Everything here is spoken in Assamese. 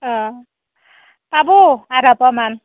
অঁ পাব আধা পোৱা মান